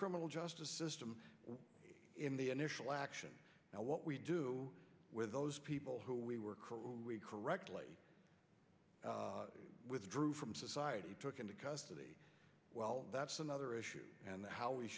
criminal justice system in the initial action now what we do with those people who we were career correctly withdrew from society took into custody well that's another issue and how we